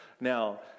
now